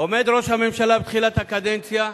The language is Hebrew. עומד ראש הממשלה בתחילת הקדנציה,